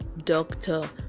doctor